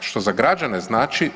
Što za građane znači?